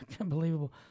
unbelievable